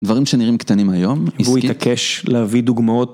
דברים שנראים קטנים היום. והוא התעקש להביא דוגמאות.